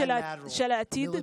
הטכנולוגיה,